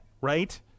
right